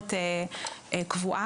ביקורת קבועה,